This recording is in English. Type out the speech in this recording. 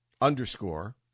underscore